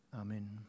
Amen